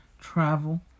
travel